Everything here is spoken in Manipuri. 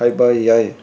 ꯍꯥꯏꯕ ꯌꯥꯏ